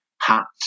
hats